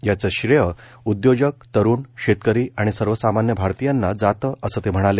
याचं श्रेय उद्योजक तरुण तरुण शेतकरी आणि सर्वसामान्य भारतीयांना जातं असं ते म्हणाले